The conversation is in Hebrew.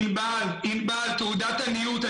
תעודת עניות.